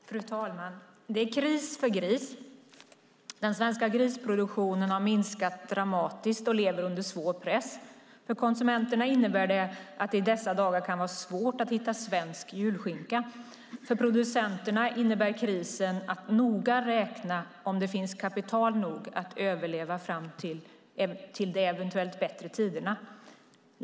Fru talman! Det är kris för gris. Den svenska grisproduktionen har minskat dramatiskt och lever under svår press. För konsumenterna innebär det att det i dessa dagar kan vara svårt att hitta svensk julskinka. För producenterna innebär krisen att de måste noga räkna om det finns kapital nog att överleva tills det eventuellt blir bättre tider.